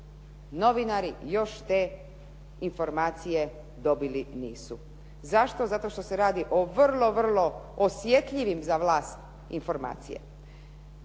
novinari još te informacije dobili nisu. Zašto? Zato što se radi o vrlo, vrlo osjetljivim za vlast informacijama.